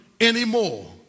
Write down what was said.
anymore